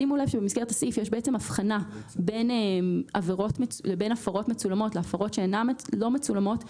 שימו לב שבמסגרת הסעיף יש הבחנה בין הפרות מצולמות להפרות שלא מצולמות,